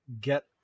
get